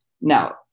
Now